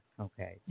Okay